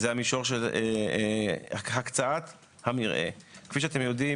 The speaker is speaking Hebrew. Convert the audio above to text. זה המישור של הקצאת המרעה כפי שאתם יודעים